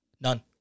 None